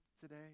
today